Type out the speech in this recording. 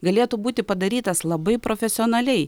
galėtų būti padarytas labai profesionaliai